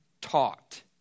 taught